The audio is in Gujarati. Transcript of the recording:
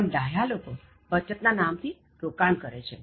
પણ ડાહ્યાં લોકો બચત ના નામ થી રોકાણ કરે છે